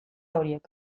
horiek